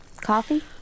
Coffee